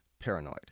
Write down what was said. paranoid